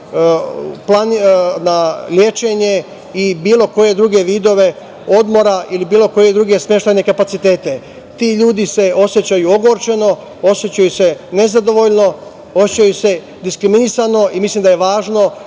banje, na lečenje i bilo koje druge vidove odmora ili bilo koje druge smeštajne kapacitete. Ti ljudi se osećaju ogorčeno, osećaju se nezadovoljno, osećaju se diskriminisano i mislim da je važno